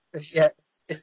yes